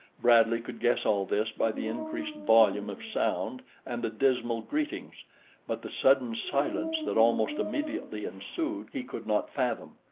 bradley could guess all this by the increased volume of sound and the dismal greetings but the sudden silence that almost immediately ensued he could not fathom,